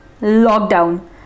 lockdown